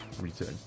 return